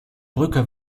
brücke